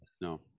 no